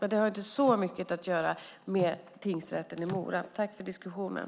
Det har dock inte så mycket att göra med tingsrätten i Mora. Tack för diskussionen!